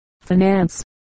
finance